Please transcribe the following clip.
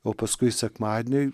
o paskui sekmadienį